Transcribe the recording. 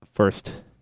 first